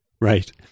Right